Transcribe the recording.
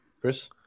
Chris